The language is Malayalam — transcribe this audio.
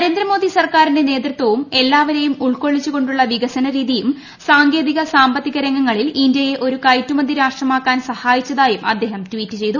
നരേന്ദ്രമോദി സർക്കാരിന്റെ നേതൃതവും എല്ലാവരെയും ഉൾക്കൊള്ളിച്ചുകൊണ്ടുള്ള വികസന രീതിയും സാങ്കേതിക സാമ്പത്തിക രംഗങ്ങളിൽ ഇന്ത്യയെ ഒരു കയറ്റുമതി രാഷ്ട്രമാക്കാൻ സഹായിച്ചതായും അദ്ദേഹം ട്വീറ്റ് ചെയ്തു